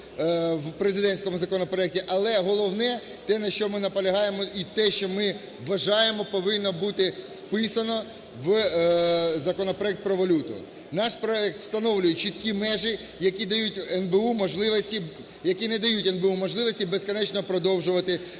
в президентському законопроекті, але головне – те, на що ми наполягаємо, і те, що, ми вважаємо, повинно бути вписано в законопроект про валюту. Наш проект встановлює чіткі межі, які дають НБУ можливості… які не дають НБУ